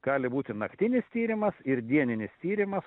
gali būti naktinis tyrimas ir dieninis tyrimas